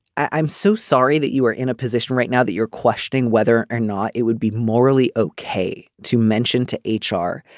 i'm so sorry that you are in a position right now that you're questioning whether or not it would be morally okay to mention to h r.